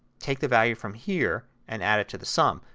take the value from here and add it to the sum.